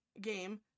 game